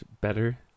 better